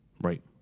Right